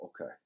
okay